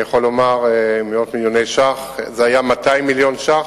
אני יכול לומר: זה היה 200 מיליון שקלים,